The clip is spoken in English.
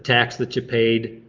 tax that you paid,